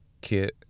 kit